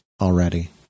Already